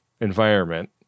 environment